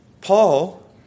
Paul